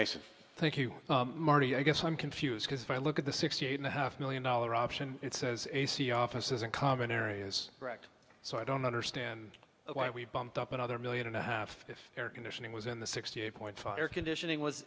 mason thank you marty i guess i'm confused because if i look at the sixty eight and a half million dollar option it says ac offices in common area is correct so i don't understand why we bumped up another million and a half if air conditioning was in the sixty eight point five airconditioning was